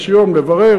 יש יום לברר,